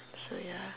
so ya